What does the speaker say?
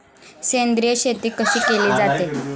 सेंद्रिय शेती कशी केली जाते?